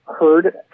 heard